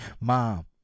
Mom